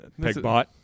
Pegbot